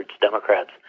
Democrats